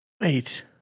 Wait